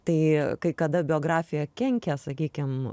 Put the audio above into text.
tai kai kada biografija kenkia sakykim